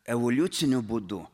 evoliuciniu būdu